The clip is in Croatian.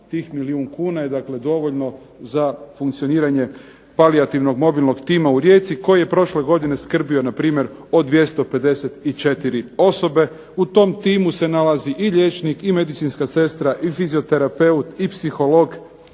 Tih milijun kuna je dakle dovoljno za funkcioniranje palijativnog mobilnog tima u Rijeci koji je prošle godine skrbio npr. o 254 osobi. U tom timu se nalazi i liječnik i medicinska sestra i fizioterapeut i psiholog,